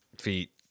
feet